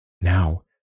now